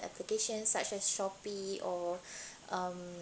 applications such as shopee or um